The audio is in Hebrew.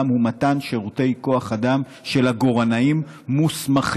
הוא מתן שירותי כוח אדם של עגורנאים מוסמכים.